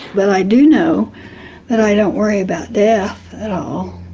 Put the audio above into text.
but i do know that i don't worry about death at all,